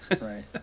right